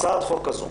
הצעת חוק כזו,